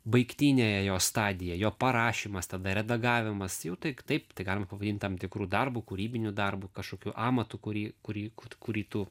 baigtinė jo stadija jo parašymas tada redagavimas jau tai taip tai galima pavadint tam tikru darbu kūrybiniu darbu kažkokiu amatu kurį kurį kurį tu